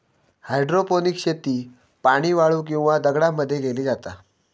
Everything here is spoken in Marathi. हायड्रोपोनिक्स शेती पाणी, वाळू किंवा दगडांमध्ये मध्ये केली जाता